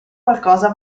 qualcosa